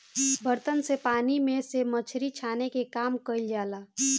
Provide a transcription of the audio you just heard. बर्तन से पानी में से मछरी छाने के काम कईल जाला